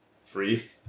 free